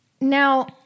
Now